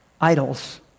idols